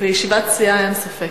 בישיבת סיעה, אין ספק.